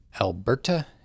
Alberta